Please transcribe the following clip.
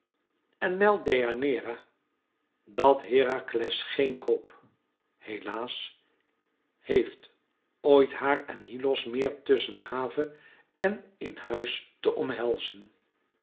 en meld deianeira dat herakles geen hoop helaas heeft ooit haar en hyllos meer tusschen have en in huis te omhelzen